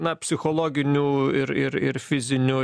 na psichologinių ir ir ir fizinių